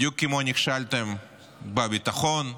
בדיוק כמו שנכשלתם בביטחון,